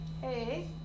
hey